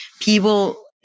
People